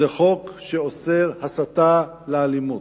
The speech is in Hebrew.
זה חוק שאוסר הסתה לאלימות.